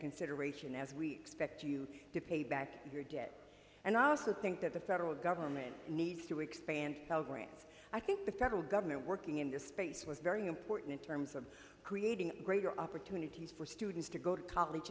consideration as we expect you to pay back your debt and i also think that the federal government needs to expand pell grants i think the federal government working in this space was very important in terms of creating greater opportunities for students to go to college